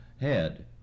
head